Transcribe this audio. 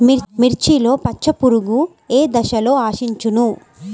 మిర్చిలో పచ్చ పురుగు ఏ దశలో ఆశించును?